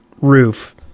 roof